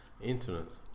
internet